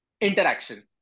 interaction